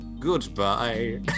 Goodbye